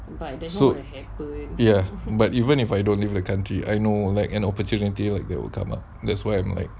so ya but even if I don't leave the country I know like an opportunity like that will come up that's why I'm like